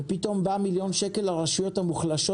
ופתאום בא מיליון שקל לרשויות המוחלשות